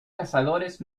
cazadores